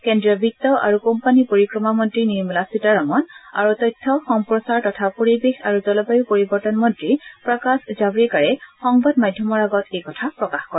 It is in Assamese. কেন্দ্ৰীয় বিত্ত আৰু কোম্পানী পৰিক্ৰমা মন্ত্ৰী নিৰ্মলা সীতাৰামন আৰু তথ্য সম্প্ৰচাৰ তথা পৰিৱেশ আৰু জলবাযু পৰিৱৰ্তন মন্ত্ৰী প্ৰকাশ জাৱেকাৰে সংবাদ মাধ্যমৰ আগত এই কথা প্ৰকাশ কৰে